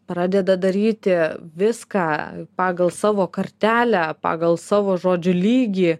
pradeda daryti viską pagal savo kartelę pagal savo žodžių lygį